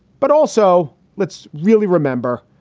but also, let's really remember,